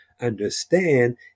understand